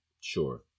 Sure